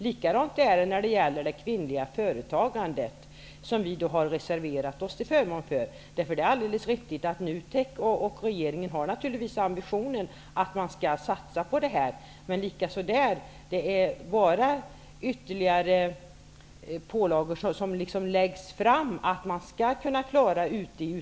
Detsamma gäller för det kvinnliga företagandet, som vi har reservat oss till förmån för. Det är riktigt att NUTEK och regeringen naturligtvis har ambitionen att man skall satsa på det här. Utvecklingsfonderna får nya uppgifter att klara.